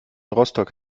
rostock